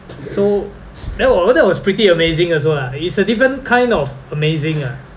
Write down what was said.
so that w~ oh that was pretty amazing also ah is a different kind of amazing ah